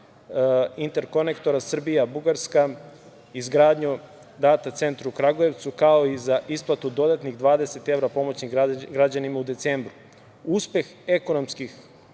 interkonektora Srbija-Bugarska, izgradnju Data centra u Kragujevcu, kao i za isplatu dodatnih 20 evra pomoći građanima u decembru. Uspeh